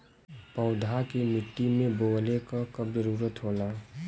पौधा के मिट्टी में बोवले क कब जरूरत होला